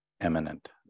eminent